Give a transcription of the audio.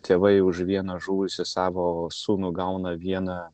tėvai už vieną žuvusį savo sūnų gauna vieną